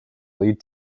lead